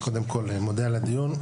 קודם כל, אני מודה על הדיון.